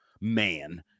man